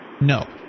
No